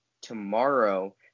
tomorrow